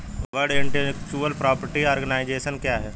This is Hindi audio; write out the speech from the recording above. वर्ल्ड इंटेलेक्चुअल प्रॉपर्टी आर्गनाइजेशन क्या है?